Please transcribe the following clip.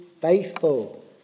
faithful